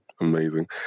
amazing